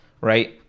right